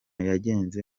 yagenze